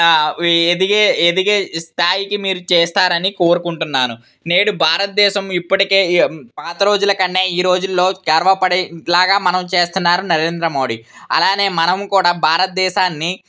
ఎదిగే ఎదిగే స్థాయికి మీరు చేస్తారని కోరుకుంటున్నాను నేడు భారతదేశంలో ఇప్పటికే పాత రోజులు కన్నా ఈ రోజులలో గర్వపడేలాగా మనం చేస్తున్నారు నరేంద్ర మోడీ అలానే మనము కూడా భారతదేశాన్ని